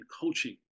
coaching